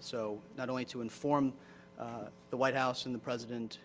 so not only to inform the white house and the president